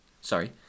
Sorry